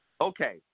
Okay